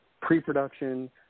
pre-production